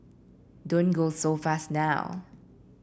don't go so fast now